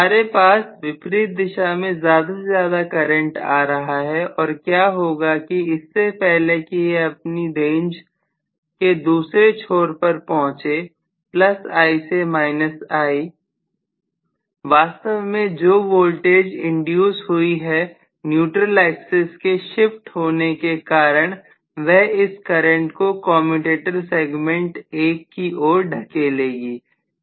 हमारे पास विपरीत दिशा में ज्यादा से ज्यादा करंट आ रहा है और क्या होगा कि इससे पहले कि यह अपनी रेंज के दूसरे छोर पर पहुंचे I से I वास्तव में जो वोल्टेज इंड्यूस हुई है न्यूट्रल एक्सिस के शिफ्ट होने के कारण वह इस करंट को कमयुटेटर सेगमेंट 1 की ओर ढकेलेगी